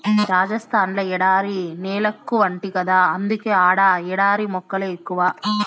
రాజస్థాన్ ల ఎడారి నేలెక్కువంట గదా అందుకే ఆడ ఎడారి మొక్కలే ఎక్కువ